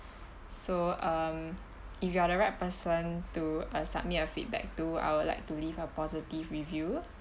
so um if you are the right person to uh submit a feedback to I would like to leave a positive review